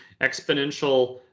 exponential